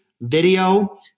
video